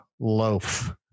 loaf